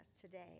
today